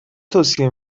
توصیه